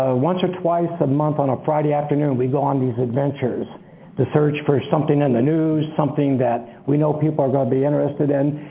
ah once or twice a month on a friday afternoon we go on these adventures to search for something in the news, something that we know people are going to be interested in.